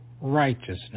righteousness